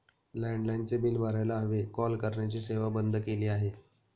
लँडलाइनचे बिल भरायला हवे, कॉल करण्याची सेवा बंद केली आहे